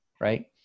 Right